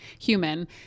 Human